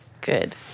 Good